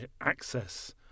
access